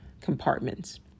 compartments